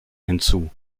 hinzu